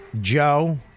Joe